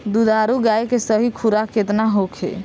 दुधारू गाय के सही खुराक केतना होखे?